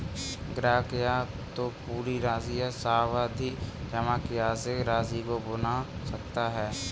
ग्राहक या तो पूरी राशि या सावधि जमा की आंशिक राशि को भुना सकता है